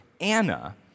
Anna